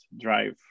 drive